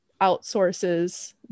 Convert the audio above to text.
outsources